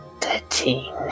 Thirteen